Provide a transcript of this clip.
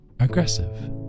aggressive